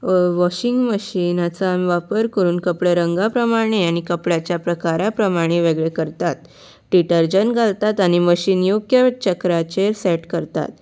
washing मशिनाचो वापर करून कपडे रंगा प्रमाणे आनी कपड्याच्या प्रकारा प्रमाणे वेगळे करतात डिटर्जंट घालतात आनी मशीन योग्य चक्राचेर सेट करतात